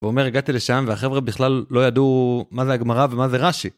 ואומר הגעתי לשם והחבר'ה בכלל לא ידעו מה זה הגמרא ומה זה רש"י.